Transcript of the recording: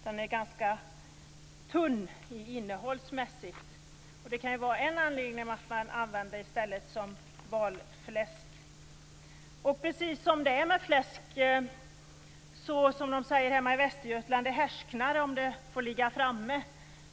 Den är ganska tunn innehållsmässigt. Det kan vara en anledning till att i stället använda den som valfläsk. Hemma i Västergötland säger man att fläsk härsknar om det får ligga framme.